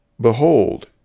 Behold